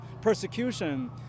persecution